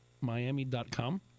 Miami.com